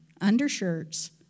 undershirts